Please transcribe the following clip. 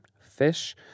fish